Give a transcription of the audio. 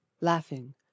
laughing